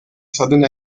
southern